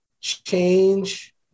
change